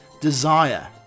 desire